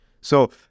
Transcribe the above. So-